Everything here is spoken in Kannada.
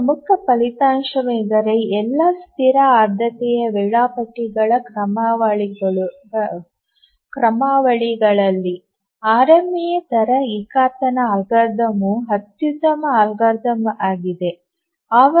ಒಂದು ಪ್ರಮುಖ ಫಲಿತಾಂಶವೆಂದರೆ ಎಲ್ಲಾ ಸ್ಥಿರ ಆದ್ಯತೆಯ ವೇಳಾಪಟ್ಟಿ ಕ್ರಮಾವಳಿಗಳಲ್ಲಿ ಆರ್ಎಂಎ ದರ ಏಕತಾನ ಅಲ್ಗಾರಿದಮ್ ಅತ್ಯುತ್ತಮ ಅಲ್ಗಾರಿದಮ್ ಆಗಿದೆ